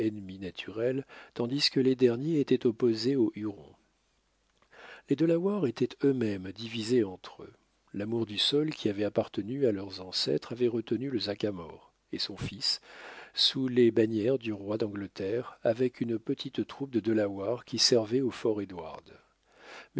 tandis que les derniers étaient opposés aux hurons les delawares étaient eux-mêmes divisés entre eux l'amour du sol qui avait appartenu à leurs ancêtres avait retenu le sagamore et son fils sous les bannières du roi d'angleterre avec une petite troupe de delawares qui servaient au